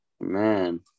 man